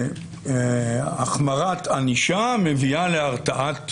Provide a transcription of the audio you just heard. שהחמרת ענישה מביאה להרתעת